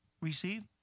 receive